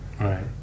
Right